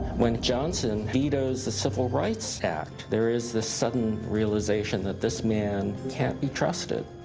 when johnson vetoes the civil rights act, there is this sudden realization that this man can't be trusted.